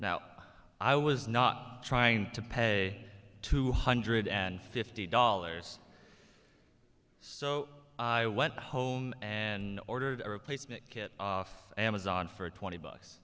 now i was not trying to pay two hundred and fifty dollars so i went home and ordered a replacement kit off amazon for twenty bucks